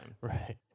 right